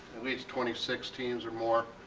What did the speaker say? least twenty six teams or more